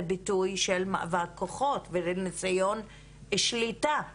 ביטוי של מאבק כוחות וניסיון שליטה בנשים.